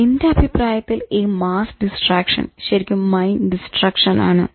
എന്റെ അഭിപ്രായത്തിൽ ഈ മാസ്സ് ഡിസ്ട്രാക്ഷൻ ശരിക്കും മൈൻഡ് ഡിസ്ട്രക്ഷൻ ആണ്